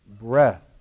breath